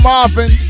Marvin